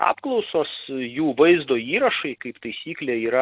apklausos jų vaizdo įrašai kaip taisyklė yra